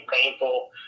painful